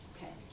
Okay